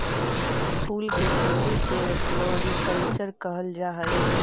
फूल के खेती के फ्लोरीकल्चर कहल जा हई